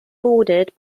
bordered